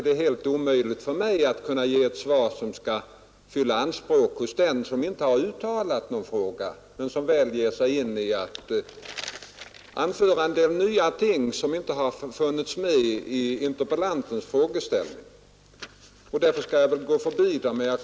Det är helt omöjligt för mig att ge ett svar som skall fylla anspråken hos den som inte har uttalat någon fråga men som väl ger sig in på att anföra en del nya ting, som inte har funnits med i interpellantens frågeställning. Därför skall jag väl gå förbi hans frågor.